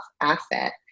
asset